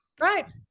Right